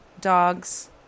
Dogs